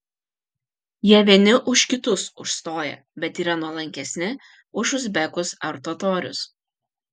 jie vieni už kitus užstoja bet yra nuolankesni už uzbekus ar totorius